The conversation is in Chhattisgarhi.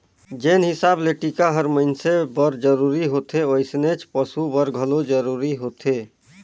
जेन हिसाब ले टिका हर मइनसे बर जरूरी होथे वइसनेच पसु बर घलो जरूरी होथे